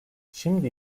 şimdi